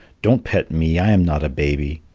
don't pet me, i am not a baby.